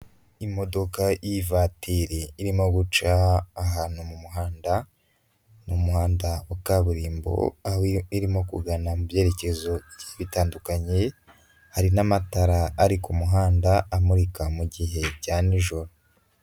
Imodoka y'ivatiri irimo guca ahantu mu muhanda, ni umuhanda wa kaburimbo, aho irimo kugana mu byerekezo bigiye bitandukanye, hari n'amatara ari ku muhanda amurika mu gihe cya nijoro.